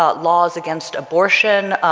ah laws against abortion,